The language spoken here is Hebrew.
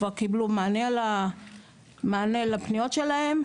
כבר קיבלו מענה לפניות שלהם.